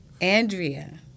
Andrea